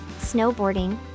snowboarding